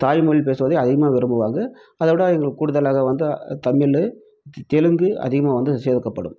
தாய்மொழி பேசுவதை அதிகமாக விரும்புவாங்கள் அதோடய அவங்களுக்கு கூடுதலாக வந்து தமிழ் தெ தெலுங்கு அதிகமாக வந்து சேர்க்கப்படும்